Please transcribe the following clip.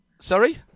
Sorry